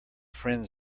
friend